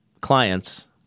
clients